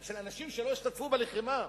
אנשים שלא השתתפו בלחימה?